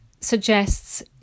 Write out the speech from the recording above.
suggests